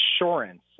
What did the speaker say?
insurance